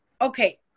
okay